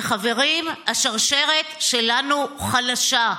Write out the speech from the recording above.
וחברים, השרשרת שלנו חלשה.